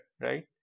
right